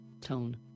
Tone